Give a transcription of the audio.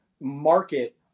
market